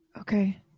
Okay